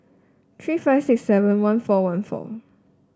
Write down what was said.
three five six seven one four one four